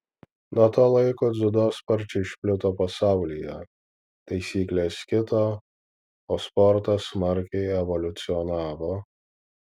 nuo to laiko dziudo sparčiai išplito pasaulyje taisyklės kito o sportas smarkiai evoliucionavo